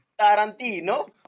Tarantino